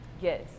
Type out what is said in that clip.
Yes